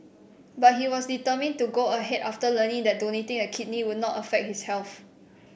but he was determined to go ahead after learning that donating a kidney would not affect his health